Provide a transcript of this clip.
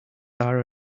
are